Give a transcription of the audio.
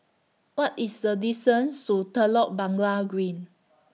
What IS The distance to Telok Blangah Green